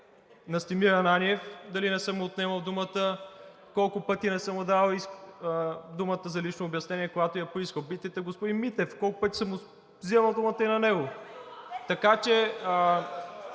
Настимир Ананиев дали не съм му отнемал думата, колко пъти не съм му давал думата за лично обяснение, когато я е поискал. Попитайте господин Митев колко пъти съм му взимал думата и на него, така че